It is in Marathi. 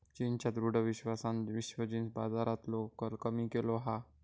चीनच्या दृढ विश्वासान विश्व जींस बाजारातलो कल कमी केलो हा